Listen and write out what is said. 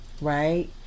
Right